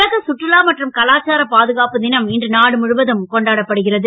உலக சுற்றுலா மற்றும் கலாச்சாரப் பாதுகாப்பு னம் இன்று நாடு முழுவதும் கொண்டாடப்படுகிறது